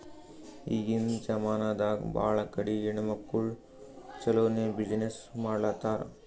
ಈಗಿನ್ ಜಮಾನಾದಾಗ್ ಭಾಳ ಕಡಿ ಹೆಣ್ಮಕ್ಕುಳ್ ಛಲೋನೆ ಬಿಸಿನ್ನೆಸ್ ಮಾಡ್ಲಾತಾರ್